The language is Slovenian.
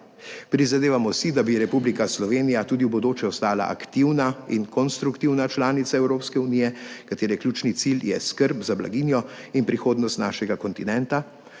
Prizadevamo si, da bi Republika Slovenija tudi v bodoče ostala aktivna in konstruktivna članica Evropske unije, katere ključni cilj je skrb za blaginjo in prihodnost našega kontinenta.